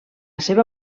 seva